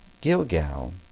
Gilgal